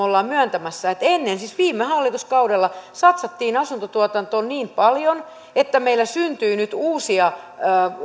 olemme myöntämässä että ennen siis viime hallituskaudella satsattiin asuntotuotantoon niin paljon että meillä syntyy nyt uusia